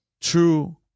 true